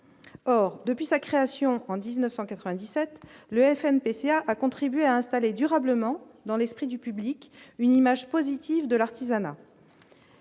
or depuis sa création en 1997, le FN PCA a contribué à installer durablement dans l'esprit du public une image positive de l'artisanat,